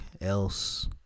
else